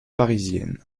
parisienne